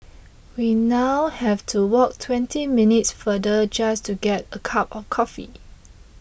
we now have to walk twenty minutes farther just to get a cup of coffee